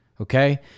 okay